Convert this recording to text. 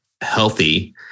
healthy